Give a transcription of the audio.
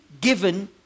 given